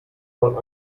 man